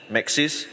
Maxis